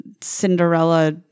Cinderella